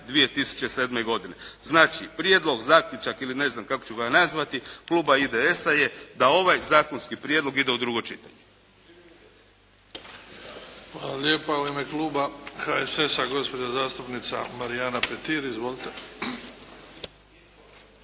2007. godine. Znači, prijedlog, zaključak ili ne znam kako ću ga nazvati kluba IDS-a je da ovaj zakonski prijedlog ide u drugo čitanje. **Bebić, Luka (HDZ)** Hvala lijepa. U ime Kluba HSS-a gospođa zastupnica Marijana Petir. Izvolite.